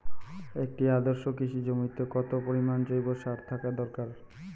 একটি আদর্শ কৃষি জমিতে কত পরিমাণ জৈব সার থাকা দরকার?